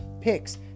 picks